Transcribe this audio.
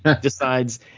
decides